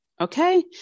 Okay